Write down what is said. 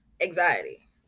anxiety